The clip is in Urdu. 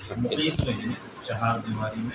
ہم ایک رہیں چہار دیواری میں